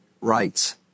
rights